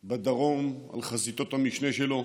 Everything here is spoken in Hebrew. בדרום, על חזיתות המשנה שלו,